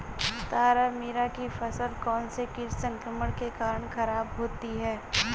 तारामीरा की फसल कौनसे कीट संक्रमण के कारण खराब होती है?